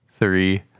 three